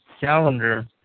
calendar